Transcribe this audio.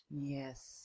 Yes